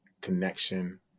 connection